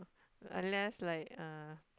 unless like uh